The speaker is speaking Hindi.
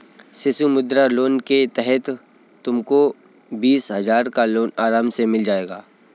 शिशु मुद्रा लोन के तहत तुमको बीस हजार का लोन आराम से मिल जाएगा